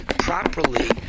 properly